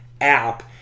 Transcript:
app